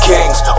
Kings